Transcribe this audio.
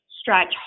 stretch